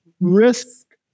risk